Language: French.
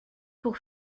pour